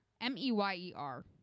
m-e-y-e-r